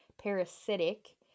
parasitic